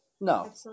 No